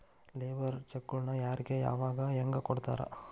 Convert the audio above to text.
Labour ಚೆಕ್ಕ್ನ್ ಯಾರಿಗೆ ಯಾವಗ ಹೆಂಗ್ ಕೊಡ್ತಾರ?